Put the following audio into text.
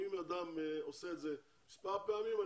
אם אדם עושה את זה מספר פעמים,